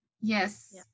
Yes